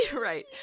right